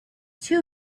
two